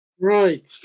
Right